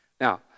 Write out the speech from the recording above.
Now